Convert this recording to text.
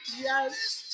Yes